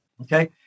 Okay